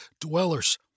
dwellers